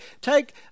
Take